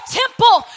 temple